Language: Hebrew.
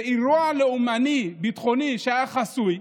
ואירוע לאומני ביטחוני שהיה חסוי,